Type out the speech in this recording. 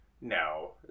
No